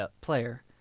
player